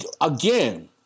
again